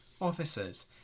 officers